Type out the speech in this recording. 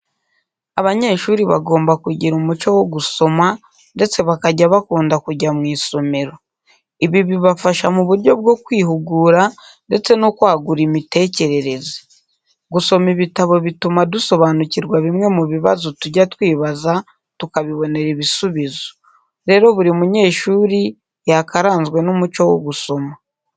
Abanyeshuri bagomba kugira umuco wo gusoma ndetse bakajya bakunda kujya mu isomero. Ibi bibafasha mu buryo bwo kwihugura ndetse no kwagura imitekerereza. Gusoma ibitabo bituma dusobanukirwa bimwe mu bibazo tujya twibaza tukabibonera ibisubizo. Rero, buri munyeshuri yakaranzwe n'umuco wo gusoma.